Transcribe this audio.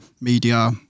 media